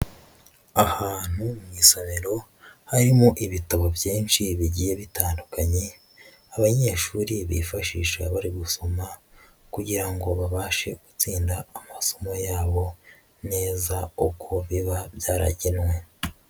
Ahantu mu isomero harimo ibitabo byinshi bigiye bitandukanye, abanyeshuri bifashisha bari gusoma kugira ngo babashe gutsinda amasomo yabo neza uko biba byaragenwe.